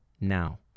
now